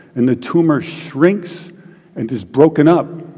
and the tumor shrinks and is broken up.